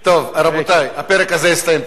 טוב, רבותי, הפרק הזה הסתיים.